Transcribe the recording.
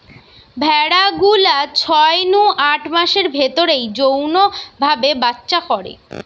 ভেড়া গুলা ছয় নু আট মাসের ভিতরেই যৌন ভাবে বাচ্চা করে